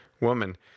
Woman